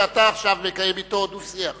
שאתה עכשיו מקיים דו-שיח אתו.